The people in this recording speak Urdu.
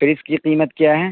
فریج کی قیمت کیا ہیں